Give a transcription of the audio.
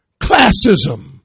classism